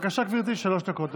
בבקשה, גברתי, שלוש דקות לרשותך.